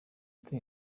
uti